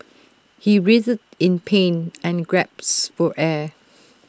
he writhed in pain and gasped for air